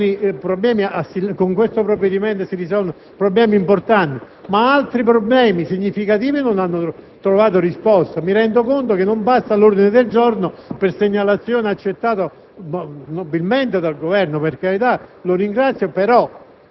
gente. È vero che con questo provvedimento si risolvono problemi importanti, ma altri significativi non hanno trovato risposta. Mi rendo conto che non basta l'ordine del giorno, anche se accettato